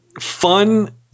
fun